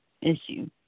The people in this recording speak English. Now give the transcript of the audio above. issue